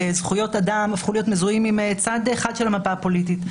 זכויות אדם הפכו להיות מזוהות עם צד אחד של המפה הפוליטית.